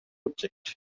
object